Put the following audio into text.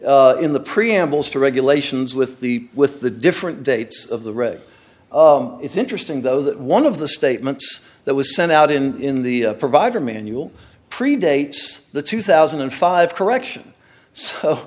in the preamble to regulations with the with the different dates of the reg it's interesting though that one of the statements that was sent out in the provider manual predates the two thousand and five correction so